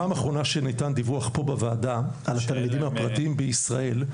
בפעם האחרונה שניתן דיווח פה בוועדה על התלמידים הפרטיים בישראל,